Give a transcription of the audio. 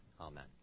amen